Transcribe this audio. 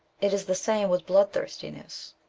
it is the same with bloodthirstiness.